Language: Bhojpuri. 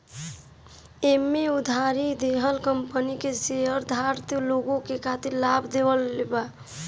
एमे उधारी देहल कंपनी के शेयरधारक लोग के खातिर लाभ देवेला